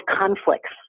conflicts